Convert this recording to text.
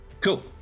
Cool